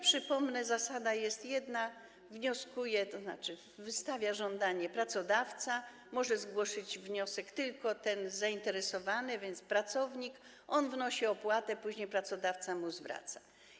Przypomnę, zasada jest jedna: wnioskuje, tzn. wystawia żądanie pracodawca, może zgłosić wniosek tylko ten zainteresowany, więc pracownik, on wnosi opłatę, później pracodawca mu zwraca.